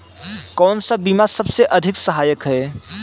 कौन सा बीमा सबसे अधिक सहायक है?